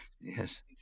Yes